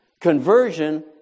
Conversion